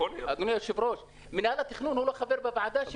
אדוני היושב-ראש, מנהל התכנון הוא לא חבר בוועדה.